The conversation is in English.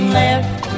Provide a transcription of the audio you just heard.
left